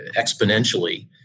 exponentially